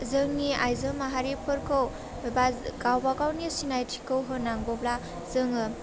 जोंनि आइजो माहारिफोरखौ बा गावबा गावनि सिनायथिखौ होनांगौब्ला जोङो